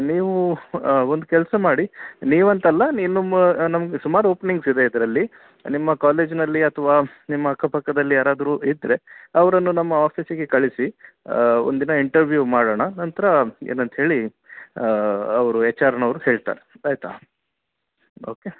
ನೀವು ಒಂದು ಕೆಲಸ ಮಾಡಿ ನೀವು ಅಂತಲ್ಲ ಇನ್ನು ಮಾ ನಮ್ದು ಸುಮಾರು ಒಪ್ನಿಂಗ್ಸ್ ಇದೆ ಇದರಲ್ಲಿ ನಿಮ್ಮ ಕಾಲೇಜ್ನಲ್ಲಿ ಅಥವಾ ನಿಮ್ಮ ಅಕ್ಕಪಕ್ಕದಲ್ಲಿ ಯಾರಾದರು ಇದ್ದರೆ ಅವರನ್ನು ನಮ್ಮ ಆಫೀಸಿಗೆ ಕಳಿಸಿ ಒಂದು ದಿನ ಇಂಟರ್ವ್ಯೂ ಮಾಡೋಣ ನಂತರ ಏನಂತೇಳಿ ಅವರು ಎಚ್ ಆರ್ನವ್ರು ಹೇಳ್ತಾರೆ ಆಯಿತಾ ಓಕೆ